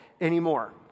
anymore